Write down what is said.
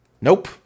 Nope